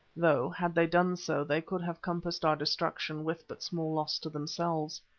though, had they done so, they could have compassed our destruction with but small loss to themselves.